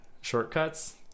shortcuts